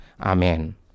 Amen